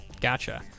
Gotcha